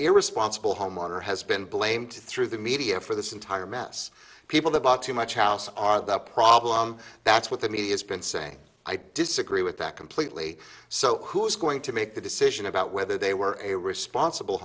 irresponsible home owner has been blamed through the media for this entire mess people who bought too much house are the problem that's what the media has been saying i disagree with that completely so who's going to make the decision about whether they were a responsible